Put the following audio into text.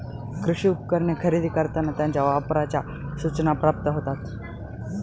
कृषी उपकरणे खरेदी करताना त्यांच्या वापराच्या सूचना प्राप्त होतात